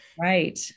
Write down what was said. Right